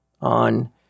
On